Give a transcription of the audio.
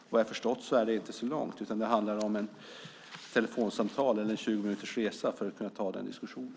Vad jag har förstått är det inte så långt, utan det handlar om ett telefonsamtal eller en 20-minutersresa för att kunna ta den diskussionen.